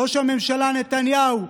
ראש הממשלה נתניהו,